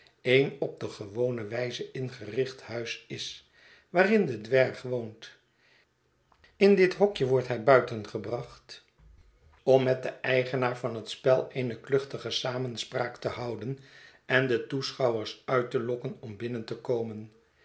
een op de gewone wijze ingericht huis is waarin de dwerg woont in dit hokje wordt hij buitengebracht om met den eigenaar van het spel eene kluchtige samenspraak te houden en de toeschouwers uit te lokken om binnen te komen